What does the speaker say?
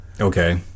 Okay